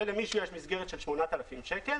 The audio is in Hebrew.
ולמישהו יש מסגרת של 8,000 שקלים